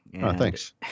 Thanks